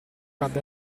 cadde